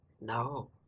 No